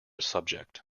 subject